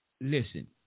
Listen